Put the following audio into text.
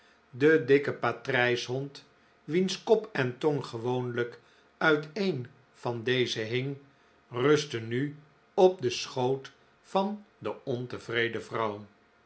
de dikke patrijshond wiens kop en tong gewoonlijk uit een van deze hing rustte nu op den school van de ontevreden vrouw